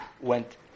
went